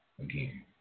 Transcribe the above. again